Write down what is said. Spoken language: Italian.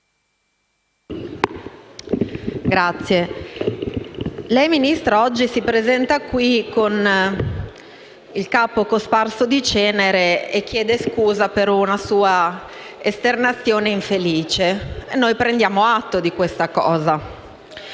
Signor Ministro, lei oggi si presenta qui con il capo cosparso di cenere e chiede scusa per una sua esternazione infelice. Ne prendiamo atto. Lei fa